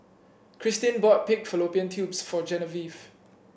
Krystin bought Pig Fallopian Tubes for Genevieve